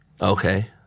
Okay